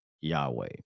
yahweh